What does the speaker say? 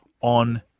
on